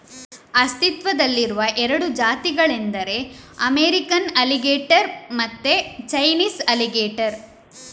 ಅಸ್ತಿತ್ವದಲ್ಲಿರುವ ಎರಡು ಜಾತಿಗಳೆಂದರೆ ಅಮೇರಿಕನ್ ಅಲಿಗೇಟರ್ ಮತ್ತೆ ಚೈನೀಸ್ ಅಲಿಗೇಟರ್